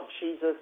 Jesus